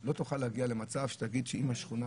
אני מבקש להוסיף במטרות: "קידום השוויון